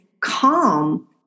Calm